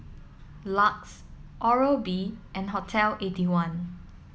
LUX Oral B and Hotel eighty one